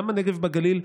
גם בנגב ובגליל,